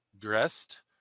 dressed